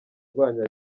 urwanya